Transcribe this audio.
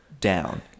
down